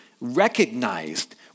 recognized